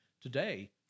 today